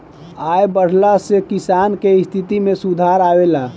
आय बढ़ला से किसान के स्थिति में सुधार आवेला